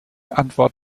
antwort